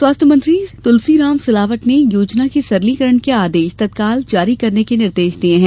स्वास्थ्य मंत्री तलसीराम सिलावट ने योजना के सरलीकरण के आदेश तत्काल जारी करने के निर्देश दिये हैं